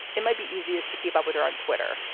it might be easiest to keep up with her on twitter.